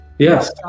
Yes